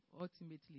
ultimately